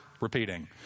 repeating